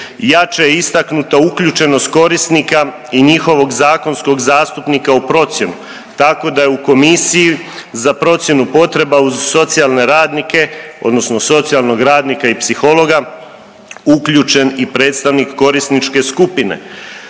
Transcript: jače je istaknuta uključenost korisnika i njihovog zakonskog zastupnika u procjenu tako da je u Komisiji za procjenu potreba uz socijalne radnike odnosno socijalnog radnika i psihologa uključen i predstavnik korisničke skupine,